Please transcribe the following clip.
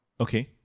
Okay